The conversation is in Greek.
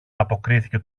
αποκρίθηκε